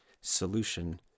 solution